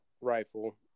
rifle